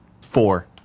four